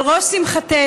על ראש שמחתנו,